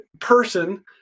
person